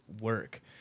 work